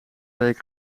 week